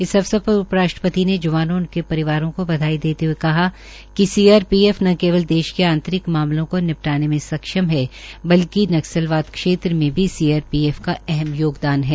इस अवसर पर उप राष्ट्रपति ने जवानों और उनके परिवारों को बधाई देते हए कहा कि सीआरपीएफ न केवल देश के आंतरिक मामलों को निपटाने में सक्षम है बल्कि नक्सलबाद क्षेत्र में भी सीआरपीएफ का अहम योगदान है